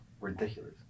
Ridiculous